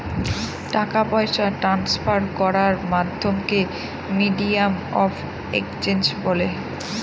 টাকা পয়সা ট্রান্সফার করার মাধ্যমকে মিডিয়াম অফ এক্সচেঞ্জ বলে